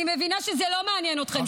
אני מבינה שזה לא מעניין אתכם שם.